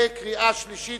קריאה שלישית.